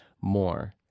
more